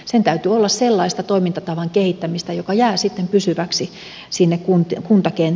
sen täytyy olla sellaista toimintatavan kehittämistä joka jää pysyväksi sinne kuntakenttään